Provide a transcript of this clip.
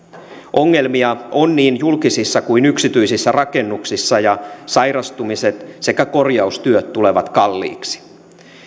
ongelmia on niin julkisissa kuin yksityisissä rakennuksissa ja sairastumiset sekä korjaustyöt tulevat kalliiksi